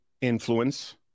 influence